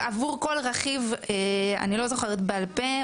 עבור כל רכיב אני לא זוכרת בעל פה,